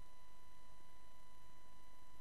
השונות כאן, בגלוי או לא בגלוי, וגם